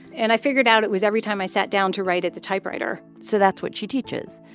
and i figured out it was every time i sat down to write at the typewriter so that's what she teaches.